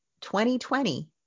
2020